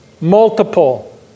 multiple